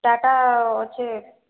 data ଅଛେ